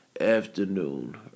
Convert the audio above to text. afternoon